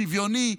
שוויוני,